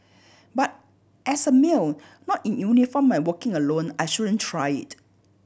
but as a male not in uniform and working alone I shouldn't try it